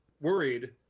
worried